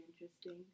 interesting